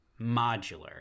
modular